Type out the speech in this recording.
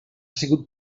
sigut